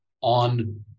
on